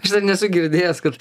aš dar nesu girdėjęs kad